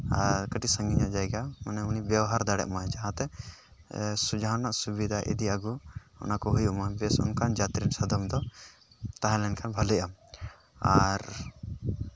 ᱟᱨ ᱠᱟᱹᱴᱤᱡ ᱥᱟᱺᱜᱤᱧ ᱧᱚᱜ ᱡᱟᱭᱜᱟ ᱩᱱᱤ ᱵᱮᱣᱦᱟᱨ ᱫᱟᱲᱮᱜ ᱢᱟᱭ ᱡᱟᱦᱟᱸᱛᱮ ᱡᱟᱦᱟᱱᱟᱜ ᱥᱩᱵᱤᱫᱷᱟ ᱤᱫᱤ ᱟᱹᱜᱩ ᱚᱱᱟᱠᱚ ᱦᱩᱭᱩᱜ ᱢᱟ ᱵᱮᱥ ᱚᱱᱠᱟᱱ ᱡᱟᱹᱛ ᱨᱮᱱ ᱥᱟᱫᱚᱢ ᱫᱚ ᱛᱟᱦᱮᱸ ᱞᱮᱱᱠᱷᱟᱱ ᱵᱷᱟᱹᱞᱤᱜᱼᱟ ᱟᱨ